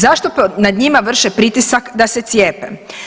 Zašto nad njima vrše pritisak da se cijepe?